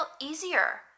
easier